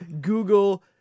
Google